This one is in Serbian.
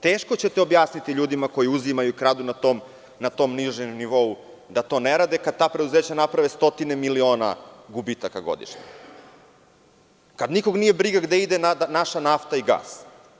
Teško ćete objasniti ljudima koji uzimaju, kradu na tom nižem nivou da to ne rade, kada ta preduzeća naprave stotine miliona gubitaka godišnje, kada nikog nije briga gde ide naša nafta i gas.